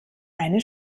eine